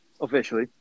Officially